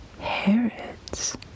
Herod's